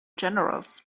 generals